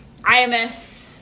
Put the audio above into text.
IMS